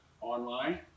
online